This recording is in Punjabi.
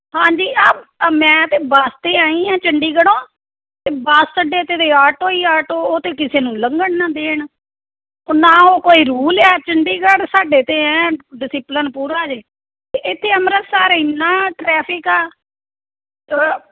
ਹਾਂਜੀ ਆ ਮੈਂ ਤਾਂ ਬੱਸ 'ਤੇ ਆਈ ਹਾਂ ਚੰਡੀਗੜ੍ਹੋਂ ਅਤੇ ਬੱਸ ਅੱਡੇ 'ਤੇ ਤਾਂ ਆਟੋ ਹੀ ਆਟੋ ਉਹ ਤਾਂ ਕਿਸੇ ਨੂੰ ਲੰਘਣ ਨਾ ਦੇਣ ਨਾ ਉਹ ਕੋਈ ਰੂਲ ਆ ਚੰਡੀਗੜ੍ਹ ਸਾਡੇ ਤਾਂ ਐਨ ਡਿਸਿਪਲਨ ਪੂਰਾ ਜੇ ਅਤੇ ਇੱਥੇ ਅੰਮ੍ਰਿਤਸਰ ਇੰਨਾਂ ਟ੍ਰੈਫਿਕ ਆ